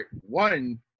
one